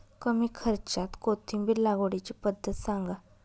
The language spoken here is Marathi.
कमी खर्च्यात कोथिंबिर लागवडीची पद्धत सांगा